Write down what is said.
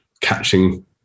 catching